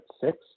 six